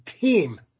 team